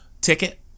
ticket